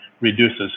reduces